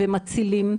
ומצילים,